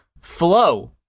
flow